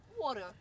Water